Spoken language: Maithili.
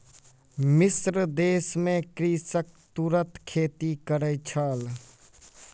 मिस्र देश में कृषक तूरक खेती करै छल